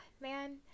man